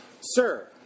Sir